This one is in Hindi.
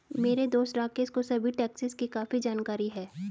मेरे दोस्त राकेश को सभी टैक्सेस की काफी जानकारी है